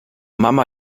mama